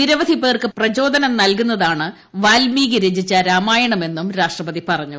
നിരവധി പേർക്ക് പ്രചോദനം നൽകുന്നതാണ് വാൽമീകി രചിച്ച രാമായണമെന്നും രാഷട്രപതി പറഞ്ഞു